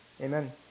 Amen